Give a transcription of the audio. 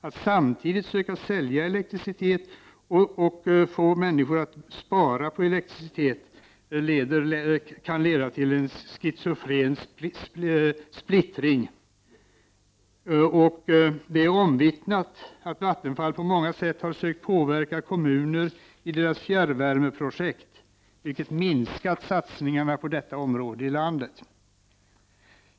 Att samtidigt söka sälja elektricitet och förmå människor att spara på elektricitet kan leda till en schizofren splittring. Det är omvittnat att Vattenfall på många sätt har sökt påverka kommuner i deras fjärrvärmeprojekt, vilket minskat satsningarna på detta område i landet.